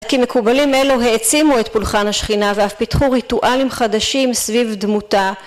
כי מקובלים אלו העצימו את פולחן השכינה ואף פיתחו ריטואלים חדשים סביב דמותה